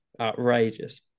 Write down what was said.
outrageous